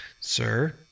sir